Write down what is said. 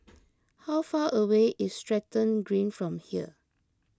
how far away is Stratton Green from here